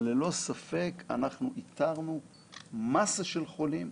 אבל ללא ספק איתרנו מסה של חולים,